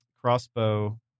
crossbow